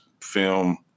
film